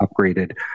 upgraded